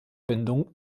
bindung